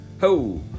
Ho